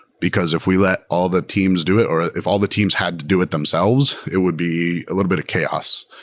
because if we let all the teams do it, or if all the teams had to do it themselves, it would be a little bit of chaos.